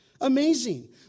Amazing